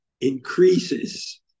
increases